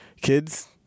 kids